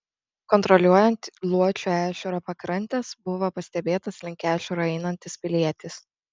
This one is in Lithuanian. kontroliuojant luodžio ežero pakrantes buvo pastebėtas link ežero einantis pilietis